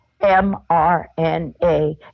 MRNA